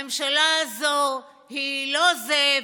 הממשלה הזו היא לא זה,